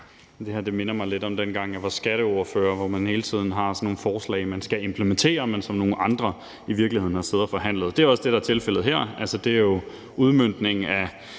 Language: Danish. Det her minder mig lidt om dengang, hvor jeg var skatteordfører, og hvor man hele tiden havde sådan nogle forslag, man skulle implementere, men som nogle andre i virkeligheden havde siddet og forhandlet. Det er også det, der er tilfældet her. Altså, det er jo en udmøntning af